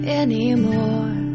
anymore